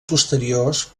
posteriors